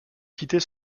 quitter